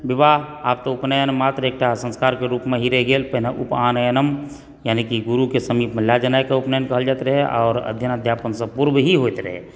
विवाह आब तऽ उपनयन मात्र एकटा संस्कारके रूपमे ही रहि गॆल पहिने उपनयनम यानि की गुरुके समीप लऽ जेनाइके उपनयन कहल जाइत रहै आओर अध्ययन अध्यापनसँ पूर्व ही होइत रहए